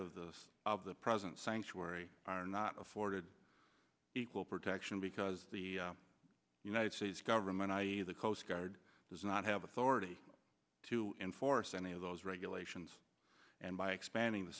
outside of the present sanctuary are not afforded equal protection because the united states government i e the coast guard does not have authority to enforce any of those regulations and by expanding the